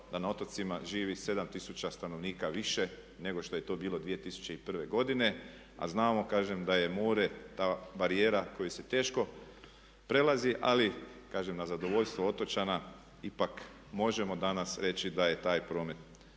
da na otocima živi 7 tisuća stanovnika više nego što je to bilo 2001.godine. A znamo kažem da je more ta barijera koju se teško prelazi ali kažem na zadovoljstvo otočana ipak možemo danas reći da je taj promet